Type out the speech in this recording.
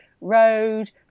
road